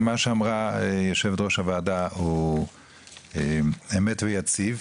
מה שאמרה יו"ר הוועדה הוא אמת ויציב,